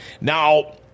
Now